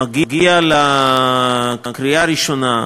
מגיע לקריאה ראשונה,